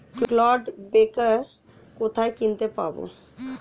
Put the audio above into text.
Clod breaker কোথায় কিনতে পাব?